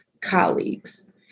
colleagues